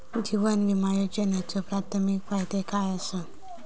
जीवन विमा योजनेचे प्राथमिक फायदे काय आसत?